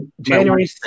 January